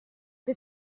che